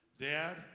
Dad